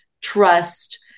trust